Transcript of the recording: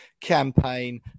campaign